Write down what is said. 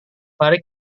mari